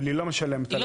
אבל היא לא משלמת על